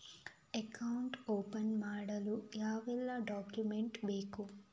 Account open ಮಾಡಲು ಯಾವೆಲ್ಲ document ಬೇಕು?